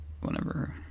whenever